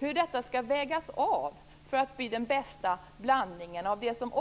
Det måste även göras en avvägning, så att det blir den bästa blandningen av det som